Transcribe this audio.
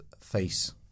Face